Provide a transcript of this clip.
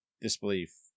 disbelief